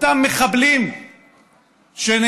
אותם מחבלים שנהרגו